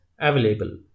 available